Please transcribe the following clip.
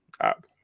app